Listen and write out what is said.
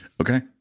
Okay